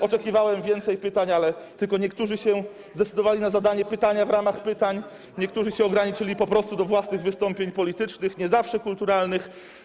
Oczekiwałem większej liczby pytań, ale tylko niektórzy zdecydowali się na zadanie pytania w ramach pytań, niektórzy ograniczyli się po prostu do własnych wystąpień politycznych, nie zawsze kulturalnych.